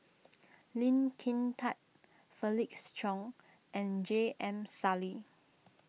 Lee Kin Tat Felix Cheong and J M Sali